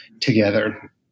together